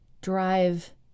drive